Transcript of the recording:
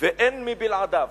ואין מבלעדיו.